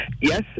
Yes